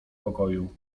pokoju